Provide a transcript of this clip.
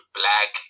black